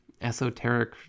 esoteric